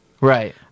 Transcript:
right